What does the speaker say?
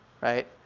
right